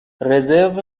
رزرو